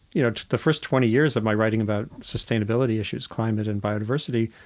you know, the first twenty years of my writing about sustainability issues, climate and biodiversity.